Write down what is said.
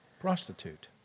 Prostitute